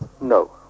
No